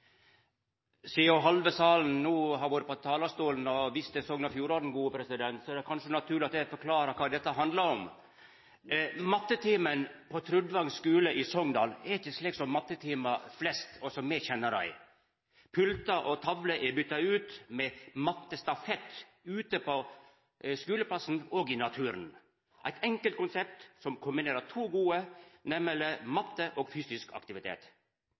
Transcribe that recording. Sidan halve salen no har vore på talarstolen og vist til Sogn og Fjordane, er det kanskje naturleg at eg forklarar kva dette handlar om. Mattetimen på Trudvang skule i Sogndal er ikkje slik som mattetimar flest, og som me kjenner dei. Pultar og tavler er bytte ut med mattestafett ute på skuleplassen og i naturen – eit enkelt konsept som kombinerer to gode, nemleg matte og fysisk aktivitet.